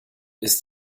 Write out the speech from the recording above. ist